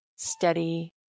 steady